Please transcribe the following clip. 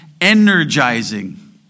energizing